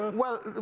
well,